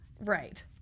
Right